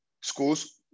schools